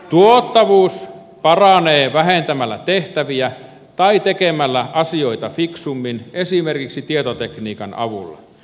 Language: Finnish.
tuottavuus paranee vähentämällä tehtäviä tai tekemällä asioita fiksummin esimerkiksi tietotekniikan avulla